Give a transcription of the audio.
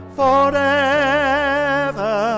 forever